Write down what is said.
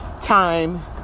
time